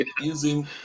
using